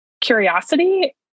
curiosity